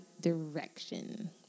direction